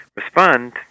respond